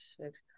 six